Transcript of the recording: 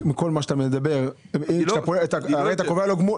אתה הרי קובע גמול.